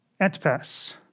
Antipas